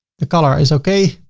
the color is okay.